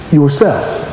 yourselves